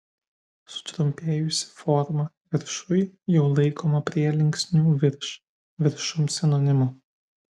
sutrumpėjusi forma viršuj jau laikoma prielinksnių virš viršum sinonimu